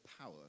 power